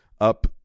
up